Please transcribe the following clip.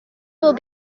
will